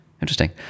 Interesting